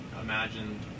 imagine